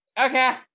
okay